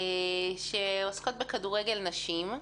העוסקות בכדורגל נשים.